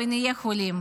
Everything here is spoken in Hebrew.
-- ולא נהיה חולים.